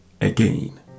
again